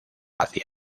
hacia